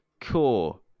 Cool